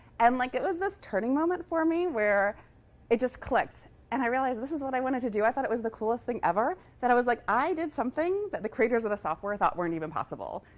and like it was this turning moment for me, where it just clicked. and i realized this is what i wanted to do. i thought it was the coolest thing ever, that i was like i did something that the creators of the software thought weren't even possible.